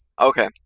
okay